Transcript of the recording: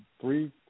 three